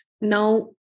Now